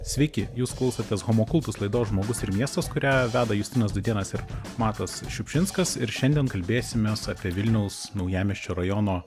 sveiki jūs klausotės homo kultus laidos žmogus ir miestas kurią veda justinas dudėnas ir matas šiupšinskas ir šiandien kalbėsimės apie vilniaus naujamiesčio rajono